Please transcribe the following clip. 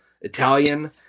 Italian